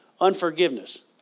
unforgiveness